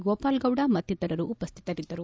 ಗೋಪಾಲ್ ಗೌಡ ಮತ್ತಿತರರು ಉಪಸ್ವಿತರಿದ್ದರು